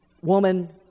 woman